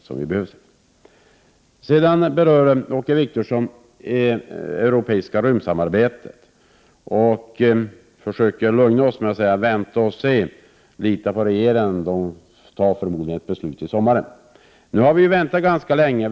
Åke Wictorsson berörde det europeiska rymdsamarbetet. Han försökte lugna oss med att säga: Vänta och se. Lita på regeringen. Den fattar förmodligen ett beslut till sommaren. Nu har vi väntat ganska länge.